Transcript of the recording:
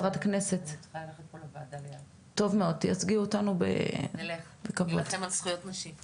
--- אני צריכה ללכת פה לוועדה ל- - נלך להילחם על זכויות נשים.